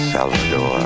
Salvador